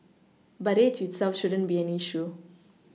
but age itself shouldn't be an issue